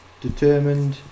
determined